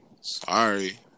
Sorry